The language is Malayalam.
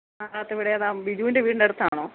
ആ ആദ്യത്തെ വീടേതാ ബിജൂന്റെ വീടിന്റെ അടുത്താണോ